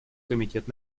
комитет